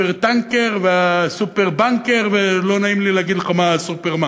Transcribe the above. ה"סופר-טנקר" וה"סופר-בנקר" ולא נעים לי להגיד הסופר מה.